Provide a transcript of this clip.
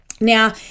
Now